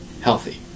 Healthy